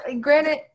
granted